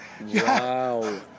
Wow